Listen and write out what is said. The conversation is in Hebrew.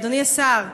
אדוני השר,